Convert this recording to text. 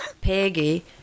Peggy